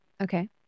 Okay